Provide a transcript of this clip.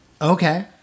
Okay